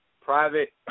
private